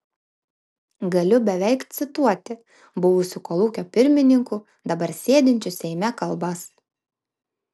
galiu beveik cituoti buvusių kolūkio pirmininkų dabar sėdinčių seime kalbas